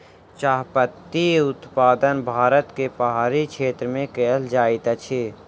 चाह पत्ती उत्पादन भारत के पहाड़ी क्षेत्र में कयल जाइत अछि